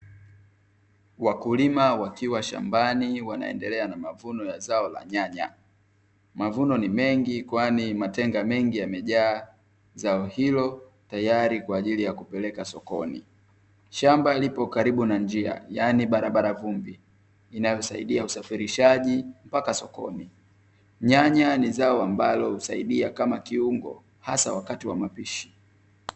Wakulima wakiwa shambani wanaendelea na mavuno ya zao la nyanya. Mavuno ni mengi kwani matenga yamejaa zao hilo, tayari kwa ajili yakupelekwa sokoni. Shamba lipo karibu na njia, yaani barabara vumbi inayosaidia usafirishaji mpaka sokoni. Nyanya ni zao ambalo husaidia kama kiungo hasa wakati wamapishi.